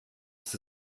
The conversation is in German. ist